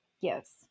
Yes